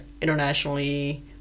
internationally